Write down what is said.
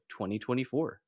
2024